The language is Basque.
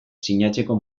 sinatzeko